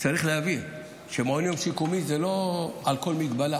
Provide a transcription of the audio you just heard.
צריך להבין שמעון יום שיקומי זה לא על כל מגבלה.